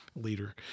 leader